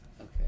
Okay